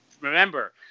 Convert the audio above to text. remember